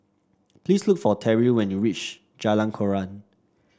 please look for Terrill when you reach Jalan Koran